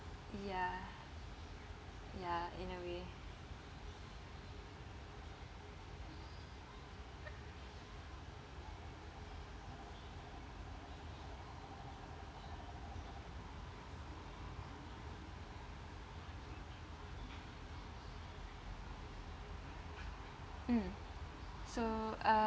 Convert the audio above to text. ya ya in a way mm so uh